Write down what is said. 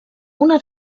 una